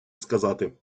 сказати